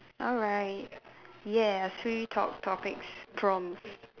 alright yes free talk topics prompts